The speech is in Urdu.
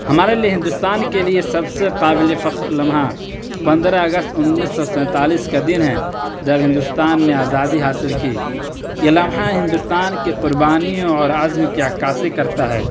ہمارے لیے ہندوستان کے لیے سب سے قابل فخر لمحہ پندرہ اگست انیس سو سینتالیس کا دن ہے جب ہندوستان نے آزادی حاصل کی یہ لمحہ ہندوستان کی قربانیوں اور عزم کی عکّاسی کرتا ہے